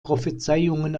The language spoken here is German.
prophezeiungen